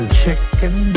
chicken